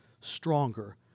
stronger